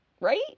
right